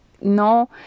no